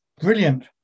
brilliant